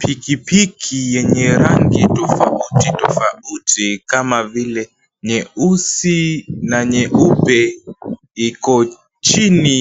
Pikipiki yenye rangi tofauti tofauti nyeusi kama vile nyeusi na nyeupe, iko chini